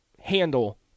handle